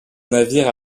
navires